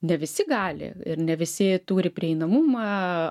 ne visi gali ir ne visi turi prieinamumą